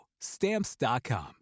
Stamps.com